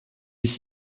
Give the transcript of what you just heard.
ich